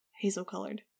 Hazel-colored